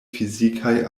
fizikaj